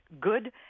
Good